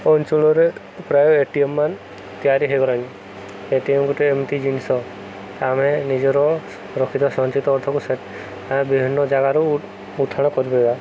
ଅଞ୍ଚଳରେ ପ୍ରାୟ A T M ମାନ ତିଆରି ହେଇଗଲାଣି ଏ ଟି ଏମ୍ ଗୋଟେ ଏମିତି ଜିନିଷ ଆମେ ନିଜର ରଖିତ ସଞ୍ଚିତ ଅର୍ଥକୁ ବିଭିନ୍ନ ଜାଗାରୁ ଉଠାଣ କରିପାରିବା